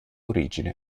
origine